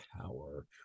power